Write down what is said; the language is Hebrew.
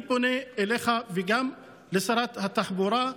אני פונה אליך וגם לשרת התחבורה,